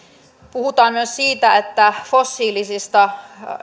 puhutaan myös siitä että fossiilisista